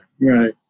Right